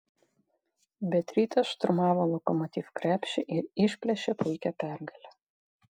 bet rytas šturmavo lokomotiv krepšį ir išplėšė puikią pergalę